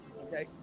okay